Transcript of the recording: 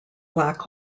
black